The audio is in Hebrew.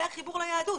זה החיבור ליהדות,